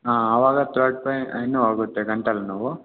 ಹಾಂ ಆವಾಗ throat pine ಹೋಗುತ್ತೆ ಗಂಟಲು ನೋವು